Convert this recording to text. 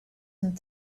and